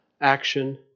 action